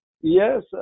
Yes